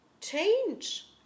change